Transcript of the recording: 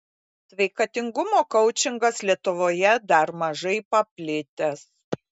sveikatingumo koučingas lietuvoje dar mažai paplitęs